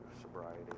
sobriety